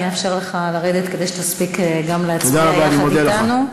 אני אאפשר לך לרדת כדי שתספיק גם להצביע יחד אתנו.